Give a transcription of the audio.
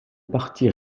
parti